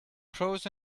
pros